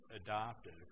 adopted